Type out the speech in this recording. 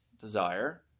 desire